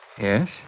Yes